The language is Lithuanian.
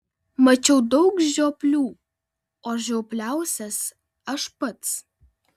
mačiau daug žioplių o žiopliausias aš pats